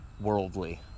worldly